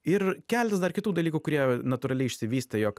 ir keletas dar kitų dalykų kurie natūraliai išsivystė jog